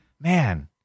man